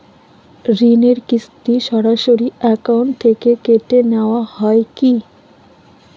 ঋণের কিস্তি সরাসরি অ্যাকাউন্ট থেকে কেটে নেওয়া হয় কি?